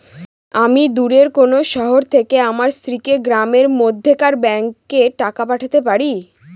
আমি দূরের কোনো শহর থেকে আমার স্ত্রীকে গ্রামের মধ্যেকার ব্যাংকে টাকা পাঠাতে পারি?